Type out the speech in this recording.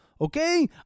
Okay